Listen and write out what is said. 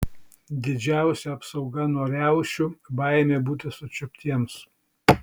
didžiausia apsauga nuo riaušių baimė būti sučiuptiems